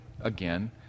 again